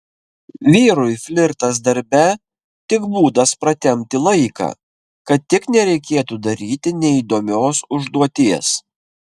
vyrui flirtas darbe tik būdas pratempti laiką kad tik nereikėtų daryti neįdomios užduoties